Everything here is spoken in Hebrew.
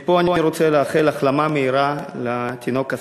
מפה אני רוצה לאחל החלמה מהירה לתינוק אסף.